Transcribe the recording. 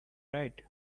right